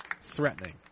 threatening